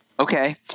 Okay